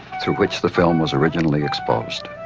through which the film was originally exposed.